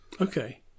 Okay